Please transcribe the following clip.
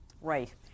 Right